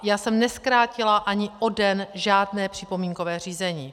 Já jsem nezkrátila ani o den žádné připomínkové řízení.